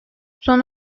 son